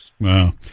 Wow